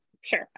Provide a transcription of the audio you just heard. sure